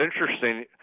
interesting